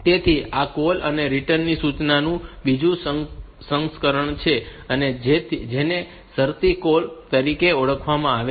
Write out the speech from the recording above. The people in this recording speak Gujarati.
તેથી આ કૉલ અને રીટર્ન સૂચનાનું બીજું સંસ્કરણ છે જેને શરતી કૉલ તરીકે ઓળખવામાં આવે છે